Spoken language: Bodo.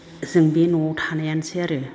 जों बे न'आव थानायानोसै आरो